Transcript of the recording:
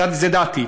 זו דעתי.